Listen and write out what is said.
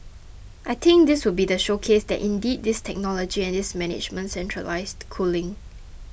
I think this would be the showcase that indeed this technology and this management centralised cooling